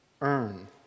earn